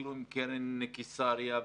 אפילו אם קרן קיסריה,